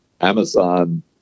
amazon